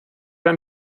ein